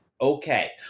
Okay